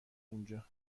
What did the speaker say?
اونجا